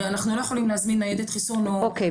הרי אנחנו לא יכולים להזמין ניידת חיסון -- אוקיי.